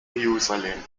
jerusalem